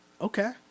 Okay